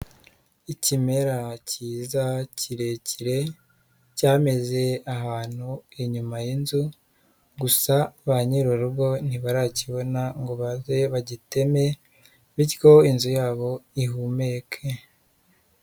Ikimera cyiza, kirekire, cyameze ahantu inyuma y'inzu, gusa ba nyiri urugo ntibarakibona ngo baze bagiteme, bityo inzu yabo ihumeke.